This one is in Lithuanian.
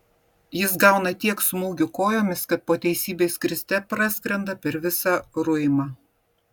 jis gauna tiek smūgių kojomis kad po teisybei skriste praskrenda per visą ruimą